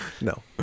No